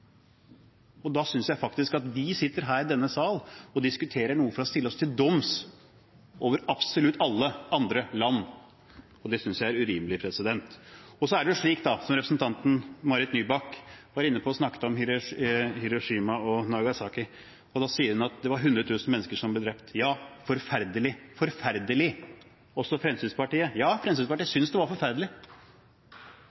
Da synes jeg faktisk at det at vi sitter her i denne sal og diskuterer noe for å stille oss til doms over absolutt alle andre land, er urimelig. Så er det Hiroshima og Nagasaki, som representanten Marit Nybakk var inne på, og snakket om. Hun sa at det var 100 000 mennesker som ble drept. Det var forferdelig – ja, også Fremskrittspartiet synes det var forferdelig.